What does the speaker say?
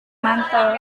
mantel